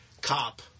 Cop